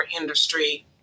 industry